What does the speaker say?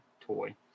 toy